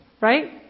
right